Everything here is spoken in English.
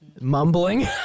Mumbling